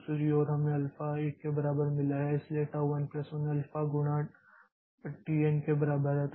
दूसरी ओर हमें अल्फा 1 के बराबर मिला है इसलिए टाऊ n1tau n1 अल्फा गुणा tn के बराबर है